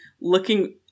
looking –